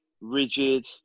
rigid